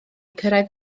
cyrraedd